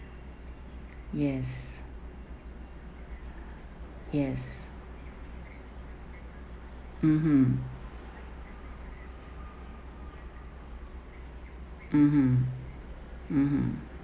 yes yes mmhmm mmhmm mmhmm